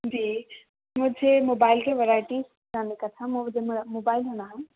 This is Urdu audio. جی مجھے موبائل کے ورائٹیز جاننے کا تھا مجھے موبائل لینا ہے